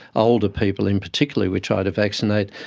older people in particular we try to vaccinate.